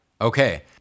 Okay